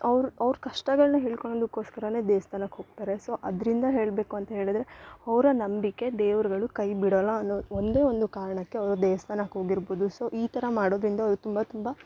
ಅವ್ರ ಅವ್ರ ಕಷ್ಟಗಳನ್ನ ಹೇಳ್ಕೊಳದಕೋಸ್ಕರ ದೇವಸ್ಥಾನಕ್ ಹೋಗ್ತಾರೆ ಸೊ ಅದರಿಂದ ಹೇಳಬೇಕು ಅಂತ ಹೇಳಿದ್ರೆ ಅವ್ರ ನಂಬಿಕೆ ದೇವ್ರುಗಳು ಕೈ ಬಿಡೊಲ್ಲ ಅನ್ನೊ ಒಂದೇ ಒಂದು ಕಾರಣಕ್ಕೆ ಅವರು ದೇವಸ್ಥಾನಕ್ ಹೋಗಿರ್ಬೋದು ಸೊ ಈ ಥರ ಮಾಡೋದರಿಂದ ಅವ್ರಿಗೆ ತುಂಬ ತುಂಬ